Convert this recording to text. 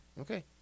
Okay